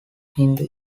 hindu